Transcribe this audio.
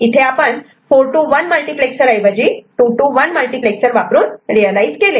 इथे आपण 4 to 1 multiplexer ऐवजी 2 to 1 मल्टिप्लेक्सर वापरून रियलायझ केले